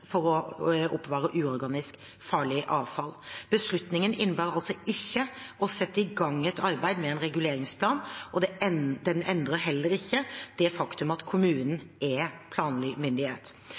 å oppbevare uorganisk farlig avfall. Beslutningen innebar altså ikke å sette i gang et arbeid med en reguleringsplan, og den endret heller ikke det faktum at kommunen er planmyndighet. En beslutning om å oppnevne en annen myndighet